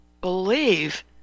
believe